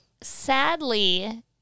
sadly